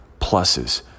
pluses